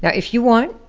yeah if you want,